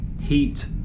Heat